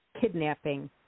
kidnapping